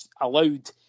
allowed